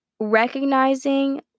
recognizing